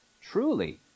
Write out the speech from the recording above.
truly